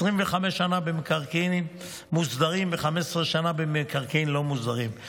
25 שנה במקרקעין מוסדרים ו-15 שנה במקרקעין לא מוסדרים,